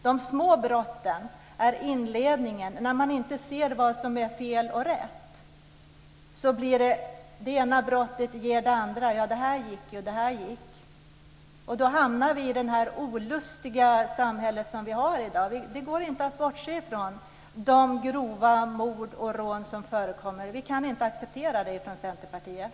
De små brotten är en inledning. När man inte ser vad som är fel och rätt ger det ena brottet det andra; man ser att "det här gick ju" och "det här gick också". Då hamnar man i det olustiga samhälle som vi har i dag. Det går inte att bortse från de grova mord och rån som förekommer. Vi från Centerpartiet kan inte acceptera det.